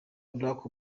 barack